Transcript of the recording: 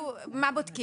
מה בודקים?